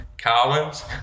Collins